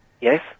Yes